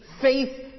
Faith